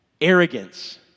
arrogance